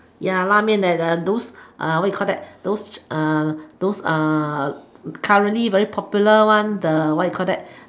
ya la-mian at the those what you call that those uh those uh currently very popular one the what you call that